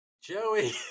Joey